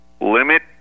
limit